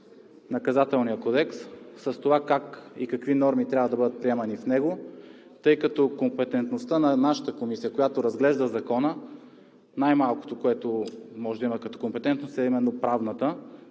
Наказателния кодекс, с това как и какви норми трябва да бъдат приемани в него, тъй като компетентността на Комисията, която разгледа Закона, най-малкото, което може да има като компетентност по